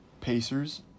Pacers